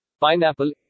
pineapple